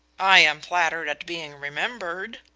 i am flattered at being remembered,